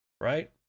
Right